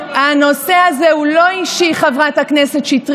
חברת הכנסת.